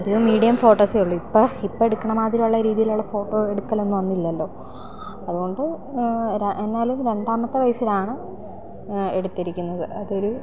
ഒരു മീഡിയം ഫോട്ടോസേ ഉള്ളു ഇപ്പം ഇപ്പം ഇപ്പ എടുക്കണ മാതിരി ഉള്ള രീതിയിലുള്ള ഫോട്ടോ എടുക്കലൊന്നും അന്നില്ലല്ലോ അതുകൊണ്ട് എന്നാലും രണ്ടാമത്തെ വയസ്സിലാണ് എടുത്തിരിക്കുന്നത് അതൊര്